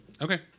Okay